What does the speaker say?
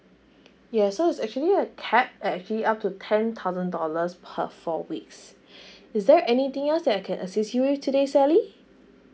yes so is actually a cap at actually up to ten thousand dollars per four weeks is there anything else that I can assist you with today sally